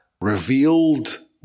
revealed